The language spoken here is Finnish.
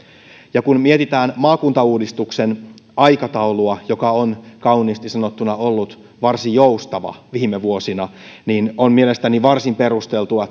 kun mietitään maakuntauudistuksen aikataulua joka on ollut kauniisti sanottuna varsin joustava viime vuosina on mielestäni varsin perusteltua